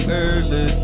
early